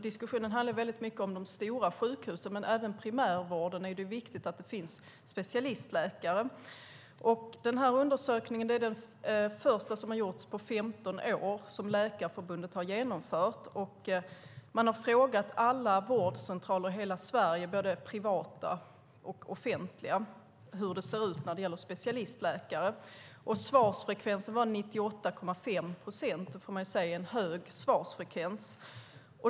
Diskussionen handlar mycket om de stora sjukhusen, men även i primärvården är det viktigt att det finns specialistläkare. Denna undersökning, som Läkarförbundet har genomfört, är den första i sitt slag på 15 år. Man har frågat alla vårdcentraler i hela Sverige, både privata och offentliga, hur det ser ut när det gäller specialistläkare. Svarsfrekvensen var 98,5 procent, vilket man får säga är en hög svarsfrekvens.